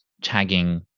tagging